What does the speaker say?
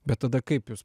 bet tada kaip jūs